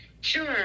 Sure